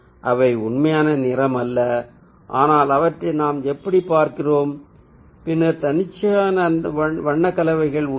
அவை உண்மையான நிறம் அல்ல ஆனால் அவற்றை நாம் எப்படிப் பார்க்கிறோம் பின்னர் தன்னிச்சையான வண்ண கலவைகள் உள்ளன